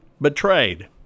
betrayed